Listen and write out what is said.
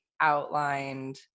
outlined